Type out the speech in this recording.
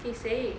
给谁